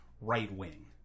right-wing